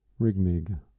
Rigmig